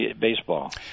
baseball